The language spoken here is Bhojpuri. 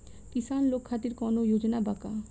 किसान लोग खातिर कौनों योजना बा का?